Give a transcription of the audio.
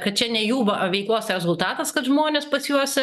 kad čia ne jų va veiklos rezultatas kad žmonės pas juos